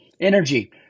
Energy